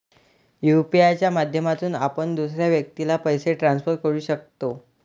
UPI च्या माध्यमातून आपण दुसऱ्या व्यक्तीला पैसे ट्रान्सफर करू शकतो